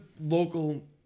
local